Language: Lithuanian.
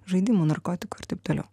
žaidimų narkotikų ir taip toliau